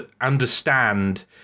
understand